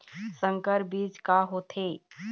संकर बीज का होथे?